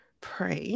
Pray